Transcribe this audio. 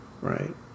right